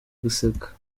guseka